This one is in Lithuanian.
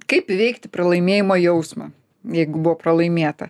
kaip įveikti pralaimėjimo jausmą jeigu buvo pralaimėta